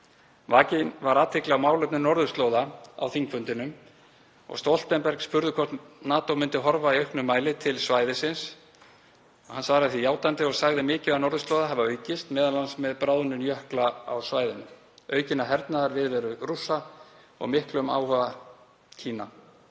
Vakin var athygli á málefnum norðurslóða á þingfundinum og Stoltenberg spurður hvort NATO myndi horfa í auknum mæli til svæðisins. Hann svaraði því játandi og sagði mikilvægi norðurslóða hafa aukist, m.a. með bráðnun jökla á svæðinu, aukinni hernaðarviðveru Rússa og miklum áhuga Kína.